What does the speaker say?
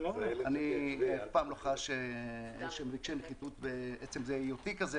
אני אף פעם לא חש איזה שהם רגשי נחיתות בעצם היותי כזה